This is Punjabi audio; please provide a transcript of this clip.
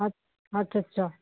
ਅ ਅੱਛਾ ਅੱਛਾ